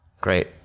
Great